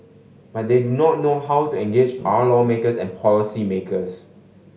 but they do not know how to engage our lawmakers and policymakers